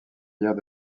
bières